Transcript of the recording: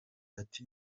ati